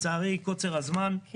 אני מסיים בגלל קוצר הזמן, לצערי.